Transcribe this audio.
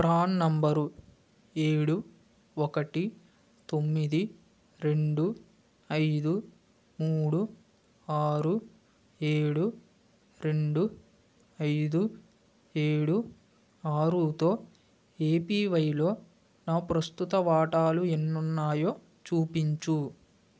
PRAN నంబరు ఏడు ఒకటి తొమ్మిది రెండు ఐదు మూడు ఆరు ఏడు రెండు ఐదు ఏడు ఆరుతో ఏపివైలో నా ప్రస్తుత వాటాలు ఎన్నున్నాయో చూపించు